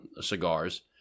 cigars